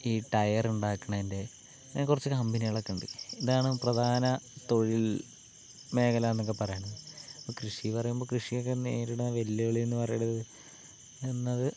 ഈ ടയറുണ്ടാക്കണേൻ്റെ അങ്ങനെ കുറച്ച് കമ്പനികളൊക്കെ ഉണ്ട് ഇതാണ് പ്രധാന തൊഴിൽ മേഖലയെന്നൊക്കെ പറയുന്നത് കൃഷി പറയുമ്പോൾ കൃഷിയൊക്കെ നേരിടുന്ന വെല്ലുവിളിയെന്ന് പറയുന്നത് എന്നത്